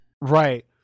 right